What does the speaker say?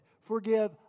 Forgive